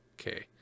okay